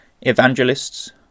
evangelists